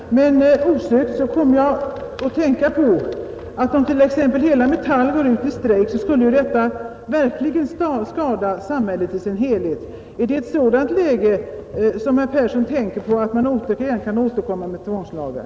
Herr talman! Jag tackar herr Persson i Stockholm för svaret på min fråga, men osökt kommer jag att tänka på att om t.ex. hela Metall går ut i strejk så skulle detta verkligen skada samhället i sin helhet. Är det ett sådant läge herr Persson tänker på när han säger att regeringen kan återkomma med tvångslagar?